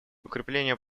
укрепление